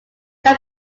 can